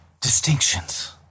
distinctions